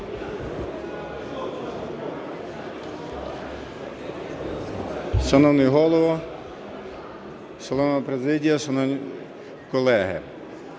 Шановний Голово, шановна президія, шановні колеги!